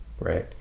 Right